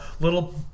little